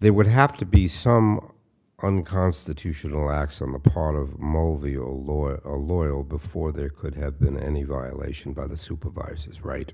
there would have to be some unconstitutional acts on the part of most of the o loyal loyal before there could have been any violation by the supervisors right